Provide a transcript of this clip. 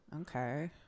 Okay